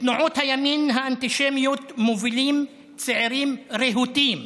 את תנועות הימין האנטישמיות מובילים צעירים רהוטים,